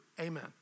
Amen